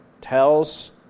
tells